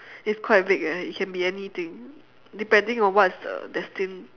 it's quite big eh it can be anything depending on what's the destined